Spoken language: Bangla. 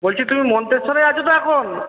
বলছি তুমি মন্তেশ্বরে আছো তো এখন